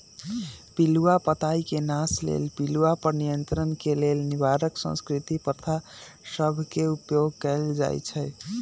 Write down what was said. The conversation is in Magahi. पिलूआ पताई के नाश लेल पिलुआ पर नियंत्रण के लेल निवारक सांस्कृतिक प्रथा सभ के उपयोग कएल जाइ छइ